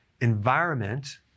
environment